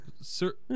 Sir